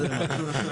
הגיוני.